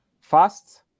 fast